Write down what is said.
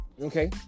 Okay